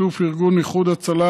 בשיתוף ארגון איחוד הצלה,